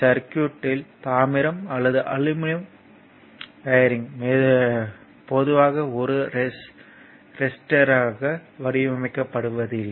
சர்க்யூட்யில் தாமிரம் அல்லது அலுமினிய ஒயரிங் பொதுவாக ஒரு ரெசிஸ்டர்யாக வடிவமைக்கப்படுவதில்லை